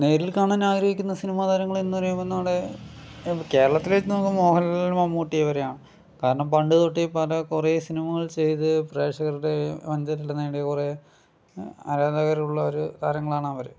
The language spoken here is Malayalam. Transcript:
നേരിൽ കാണാൻ ആഗ്രഹിക്കുന്ന സിനിമാ താരങ്ങളെന്ന് പറയുമ്പോൾ നമ്മുടെ കേരളത്തിലെ വച്ച് നോക്കുമ്പോൾ മോഹൻ ലാല് മമ്മൂട്ടി പറയാം കാരണം പണ്ട് തൊട്ടേ കുറെ സിനിമകൾ ചെയ്ത് പ്രേക്ഷകരുടെ മനസ്സിൽ ഇടം നേടിയ കുറെ ആരാധകരുള്ള ഒരു താരങ്ങളാണ് അവര്